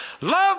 love